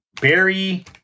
Barry